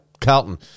Carlton